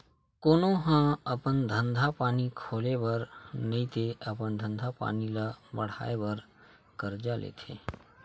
कोनो ह अपन धंधा पानी खोले बर नइते अपन धंधा पानी ल बड़हाय बर करजा लेथे